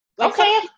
okay